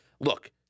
Look